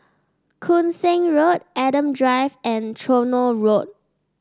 Koon Seng Road Adam Drive and Tronoh Road